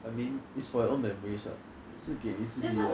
I mean it's for your own memories [what] 是给你自己 like